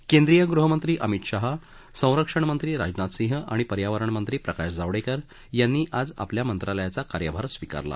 पदभार स्वीकारला केंद्रीय गृहमंत्री अमित शाह संरक्षण मंत्री राजनाथ सिंह आणि पर्यावरण मंत्री प्रकाश जावडेकर यांनी आज आपल्या मंत्रालयाचा कार्यभार स्वीकारला